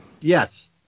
Yes